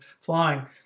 flying